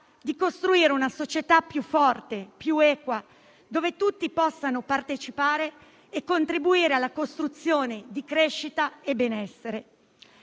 di costruire una società più forte ed equa, dove tutti possano partecipare e contribuire alla costruzione di crescita e benessere.